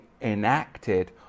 enacted